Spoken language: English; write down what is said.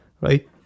Right